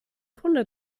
kunde